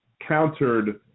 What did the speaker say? countered